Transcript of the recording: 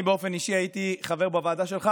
אני באופן אישי הייתי חבר בוועדה שלך,